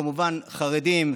כמובן חרדים,